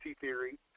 theory